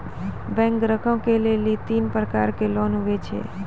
Bank ग्राहक के लेली तीन प्रकर के लोन हुए छै?